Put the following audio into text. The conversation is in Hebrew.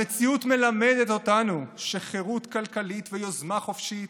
המציאות מלמדת אותנו שחירות כלכלית ויוזמה חופשית